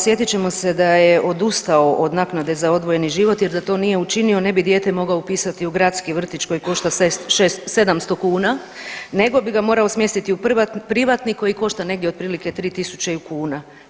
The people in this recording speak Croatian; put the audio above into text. Sjetit ćemo se da je odustao od naknade za odvojeni život jer da to nije učinio ne bi dijete mogao upisati u gradski vrtić koji košta sedamsto kuna nego bi ga morao smjestiti u privatni koji košta negdje otprilike 3.000 kuna.